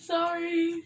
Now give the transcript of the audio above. Sorry